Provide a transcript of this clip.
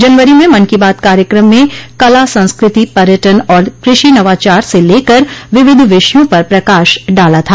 जनवरी मे मन की बात कार्यक्रम में कला संस्कृति पर्यटन और कृषि नवाचार से लेकर विविध विषयों पर प्रकाश डाला था